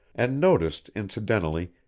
and noticed, incidentally,